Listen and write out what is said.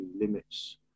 limits